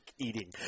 eating